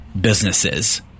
businesses